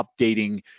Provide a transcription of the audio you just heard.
updating